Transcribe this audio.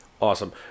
Awesome